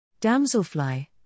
Damselfly